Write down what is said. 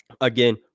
Again